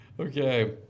Okay